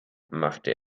machte